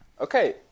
Okay